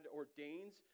ordains